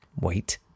Wait